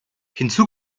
hinzu